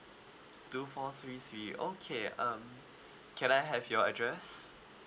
two four three three okay um can I have your address